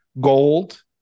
gold